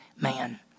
man